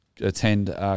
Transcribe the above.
attend